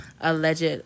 alleged